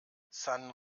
san